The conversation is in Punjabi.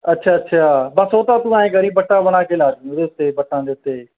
ਅੱਛਾ ਅੱਛਾ ਬਸ ਉਹ ਤਾਂ ਤੂੰ ਐਂ ਕਰੀਂ ਵੱਟਾਂ ਬਣਾ ਕੇ ਲਾ ਦੀ ਉਹਦੇ ਉੱਤੇ ਵੱਟਾਂ ਦੇ ਉੱਤੇ